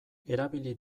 erabili